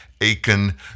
Aiken